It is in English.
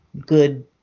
good